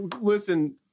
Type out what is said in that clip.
Listen